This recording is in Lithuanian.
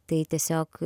tai tiesiog